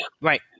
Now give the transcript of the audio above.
Right